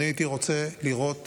הייתי רוצה לראות